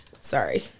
Sorry